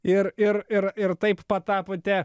ir ir ir ir taip patapote